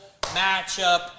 matchup